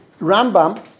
Rambam